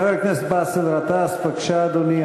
חבר הכנסת באסל גטאס, בבקשה, אדוני.